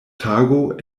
tago